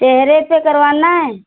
चेहरे पर करवाना है